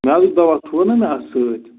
میادُک دوا تھوٚو نا مےٚ اَتھ سۭتۍ